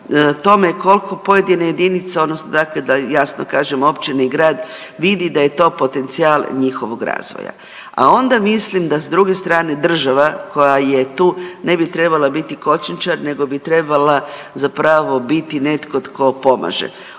tome koliko pojedine jedinice, odnosno, dakle da jasno kažem, općine i grad vidi da je to potencijal njihovog razvoja. A onda mislim da s druge strane država, koja je tu, ne bi trebala biti kočničar nego bi trebala zapravo biti netko tko pomaže.